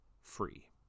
free